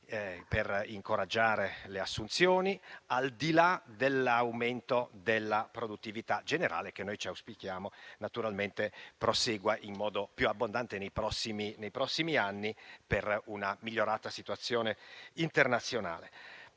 per incoraggiare le assunzioni, al di là dell'aumento della produttività generale che auspichiamo prosegua in modo più abbondante nei prossimi anni per una migliorata situazione internazionale.